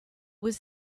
was